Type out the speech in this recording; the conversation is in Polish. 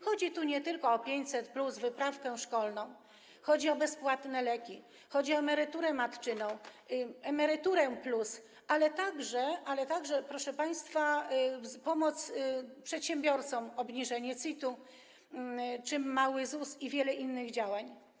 Chodzi tu nie tylko o 500+, wyprawkę szkolną, chodzi o bezpłatne leki, chodzi o emeryturę matczyną, Emeryturę+, ale także, proszę państwa, pomoc przedsiębiorcom, obniżenie CIT-u czy mały ZUS i wiele innych działań.